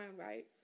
right